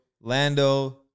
Lando